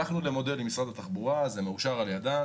הלכנו למודל עם משרד התחבורה וזה מאושר על ידם,